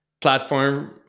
platform